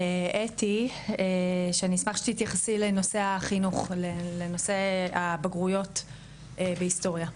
אתי שאני אשמח שתתייחסי לנושא הבגרויות בהיסטוריה.